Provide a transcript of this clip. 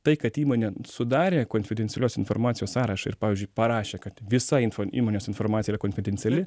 tai kad įmonė sudarė konfidencialios informacijos sąrašą ir pavyzdžiui parašė kad visa info įmonės informacija yra konfidenciali